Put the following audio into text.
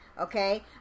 Okay